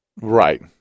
Right